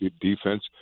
defense